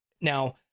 Now